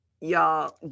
y'all